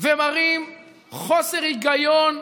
ומראים חוסר היגיון,